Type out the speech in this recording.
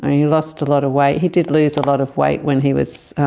he lost a lot of weight. he did lose a lot of weight when he was